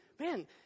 man